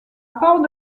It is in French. port